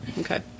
Okay